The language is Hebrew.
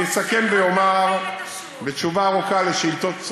אני אסכם ואומר בתשובה ארוכה על שאילתות קצרות,